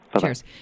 Cheers